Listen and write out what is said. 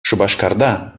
шупашкарта